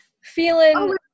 Feeling